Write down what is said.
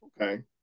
Okay